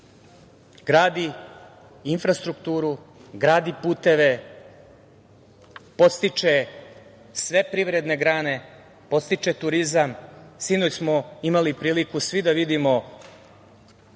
gradi infrastrukturu, gradi puteve, podstiče sve privredne grane, podstiče turizam. Sinoć smo imali priliku svi da vidimo